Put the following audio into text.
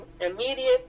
immediate